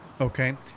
Okay